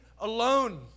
alone